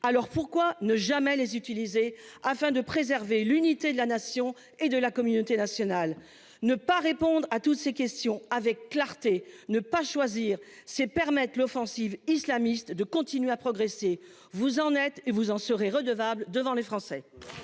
Alors pourquoi ne jamais les utiliser afin de préserver l'unité de la nation et de la communauté nationale. Ne pas répondre à toutes ces questions avec clarté, ne pas choisir ses permettent l'offensive islamiste de continuer à progresser. Vous en êtes et vous en serez redevable devant les Français.